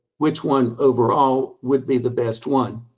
which one overall would be the best one?